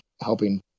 helping